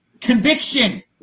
Conviction